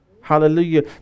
Hallelujah